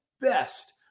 best